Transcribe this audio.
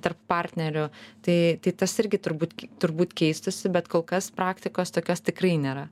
tarp partnerių tai tai tas irgi turbūt turbūt keistųsi bet kol kas praktikos tokios tikrai nėra